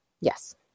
Yes